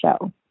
show